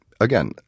Again